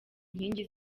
nkingi